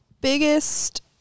biggest